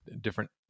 different